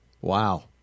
Wow